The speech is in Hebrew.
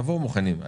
תבואו מוכנים.